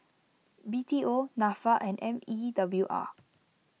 B T O Nafa and M E W R